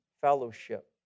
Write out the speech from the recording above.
fellowship